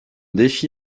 défi